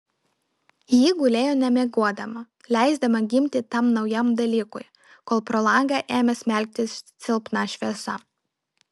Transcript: ji gulėjo nemiegodama leisdama gimti tam naujam dalykui kol pro langą ėmė smelktis silpna šviesa